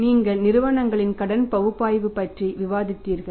நீங்கள் நிறுவனங்களின் கடன் பகுப்பாய்வு பற்றி விவாதித்தார்கள்